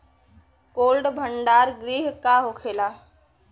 Cold भण्डार गृह का होखेला?